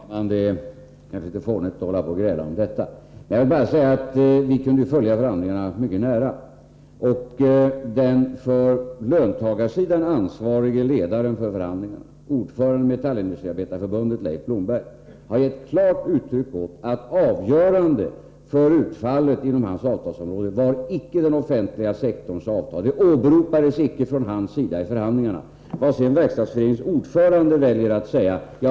Herr talman! Det är kanske litet fånigt att hålla på och gräla om detta. Jag vill bara säga att vi kunde följa förhandlingarna mycket nära. Den för löntagarsidan ansvarige ledaren för förhandlingarna, ordföranden i Metallindustriarbetareförbundet Leif Blomberg, har gett klart uttryck åt att den offentliga sektorns avtal icke var avgörande för utfallet inom hans avtalsområde. Det åberopades icke från Leif Blombergs sida i förhandlingarna. Vad sedan Verkstadsföreningens ordförande väljer att säga är hans sak.